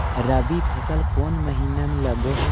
रबी फसल कोन महिना में लग है?